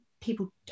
people